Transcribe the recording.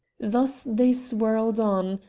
thus they swirled on,